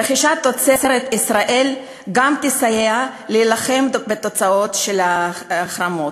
רכישת תוצרת ישראל גם תסייע להילחם בתוצאות של ההחרמות.